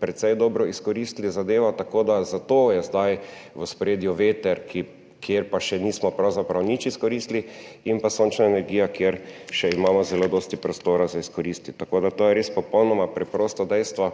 precej dobro izkoristili zadevo. Tako da zato je zdaj v ospredju veter, kjer pa še nismo pravzaprav nič izkoristili, in pa sončna energija, kjer še imamo zelo dosti prostora za izkoristiti. Tako da to je res popolnoma preprosto dejstvo.